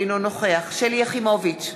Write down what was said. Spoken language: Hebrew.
אינו נוכח שלי יחימוביץ,